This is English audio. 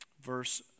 verse